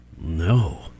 No